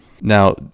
now